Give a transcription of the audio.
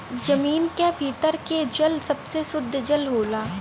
जमीन क भीतर के जल सबसे सुद्ध जल होला